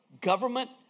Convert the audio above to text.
government